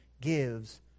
gives